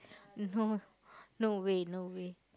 no no way no way